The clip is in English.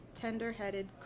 tender-headed